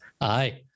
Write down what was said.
Aye